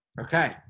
Okay